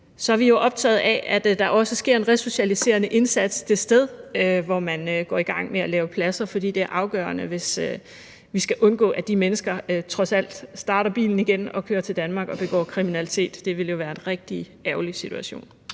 så er vi jo optagede af, og at der også sker en resocialiserende indsats det sted, hvor man går i gang med at lave pladser, fordi det er afgørende, hvis vi skal undgå, at de mennesker trods alt starter bilen igen og kører til Danmark og begår kriminalitet. Det ville jo være en rigtig ærgerlig situation.